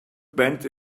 bend